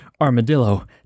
armadillo